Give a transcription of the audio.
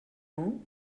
ans